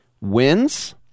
wins